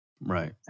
Right